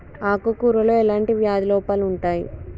ఆకు కూరలో ఎలాంటి వ్యాధి లోపాలు ఉంటాయి?